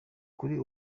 kuri